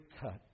cut